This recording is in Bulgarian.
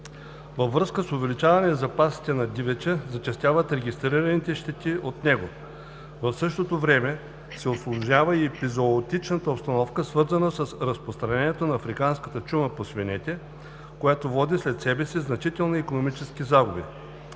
Във връзка с увеличаването на запасите на дивеча зачестяват регистрираните щети от него. В същото време се усложнява епизоотичната обстановка, свързана с разпространението на африканската чума по свинете, която води след себе си значителни икономически загуби.